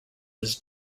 his